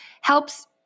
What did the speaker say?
helps